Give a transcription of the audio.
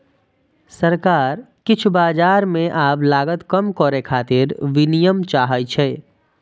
सरकार किछु बाजार मे आब लागत कम करै खातिर विनियम चाहै छै